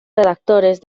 reactores